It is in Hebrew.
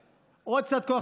זה באותה קונספציה,